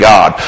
God